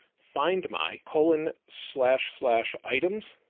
find my colon slash slash items.